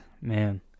Man